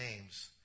names